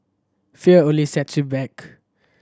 fear only set you back